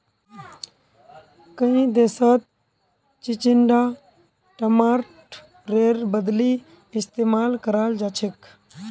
कई देशत चिचिण्डा टमाटरेर बदली इस्तेमाल कराल जाछेक